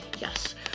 yes